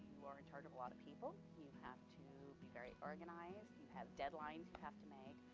you are in charge of a lot of people. you have to be very organized, you have deadlines you have to make,